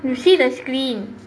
you see the screen